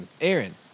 Aaron